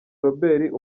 robert